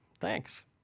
Thanks